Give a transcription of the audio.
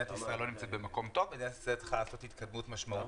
מדינת ישראל לא נמצאת במקום טוב והיא צריכה לעשות התקדמות משמעותית.